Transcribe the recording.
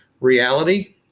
reality